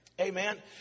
Amen